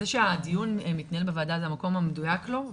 זה שהדיון מתנהל בוועדה זה המקום המדויק פה.